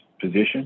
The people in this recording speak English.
position